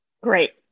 Great